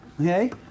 Okay